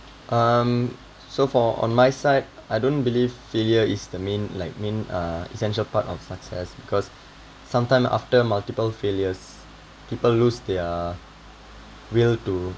um so far on my side I don't believe failure is the main like main uh essential part of success because some time after multiple failures people lose their will to